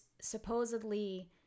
supposedly